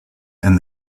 and